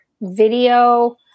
video